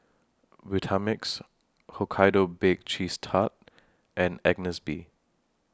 Vitamix Hokkaido Baked Cheese Tart and Agnes B